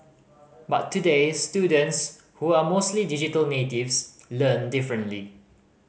but today students who are mostly digital natives learn differently